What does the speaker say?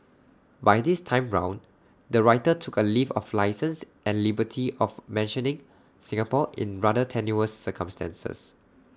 but this time round the writer took A leave of licence and liberty of mentioning Singapore in rather tenuous circumstances